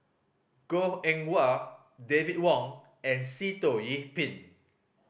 Goh Eng Wah David Wong and Sitoh Yih Pin